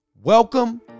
Welcome